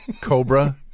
cobra